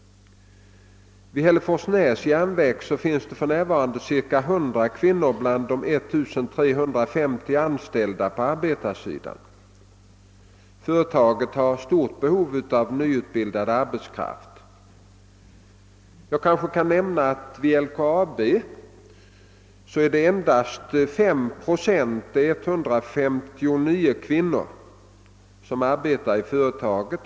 Vid järnverket i Hälleforsnäs finns det för närvarande cirka 100 kvinnor bland de 1350 anställda arbetarna. Företaget har stort behov av nyutbildad arbetskraft. Jag får kanske nämna att endast 5 procent eller 159 av de som arbetar vid LKAB är kvinnor.